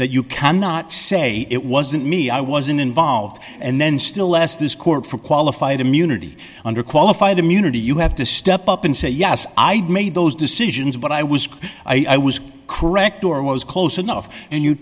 that you can not say it wasn't me i wasn't involved and then still less this court for qualified immunity under qualified immunity you have to step up and say yes i've made those decisions but i was i was correct or was close enough and you